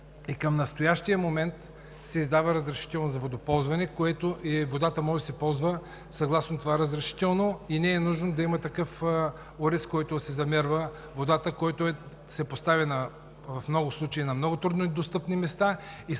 към настоящия момент се издава разрешително за водоползване и водата може да се ползва съгласно това разрешително. Не е нужно да има такъв уред, с който да се замерва водата, който се поставя в много случаи на много труднодостъпни места и с който